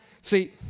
See